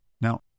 Now